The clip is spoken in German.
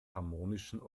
harmonischen